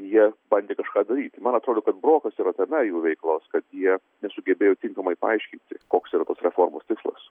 jie bandė kažką daryti man atrodo kad brokas yra tame jų veiklos kad jie nesugebėjo tinkamai paaiškinti koks yra tos reformos tikslas